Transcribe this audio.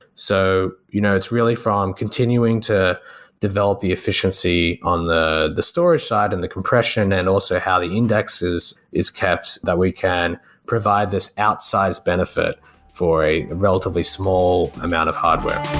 so you know it's really from continuing to develop the efficiency on the the storage side and the compression and also how the index is is kept that we can provide this outsize benefit for a relatively small amount of hardware.